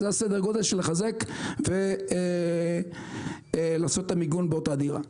זה סדר הגודל של לחזק ולעשות מיגון באותה דירה.